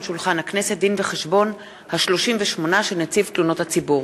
הדין-וחשבון ה-38 של נציב תלונות הציבור.